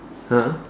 !huh!